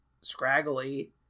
scraggly